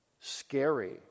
scary